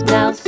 Now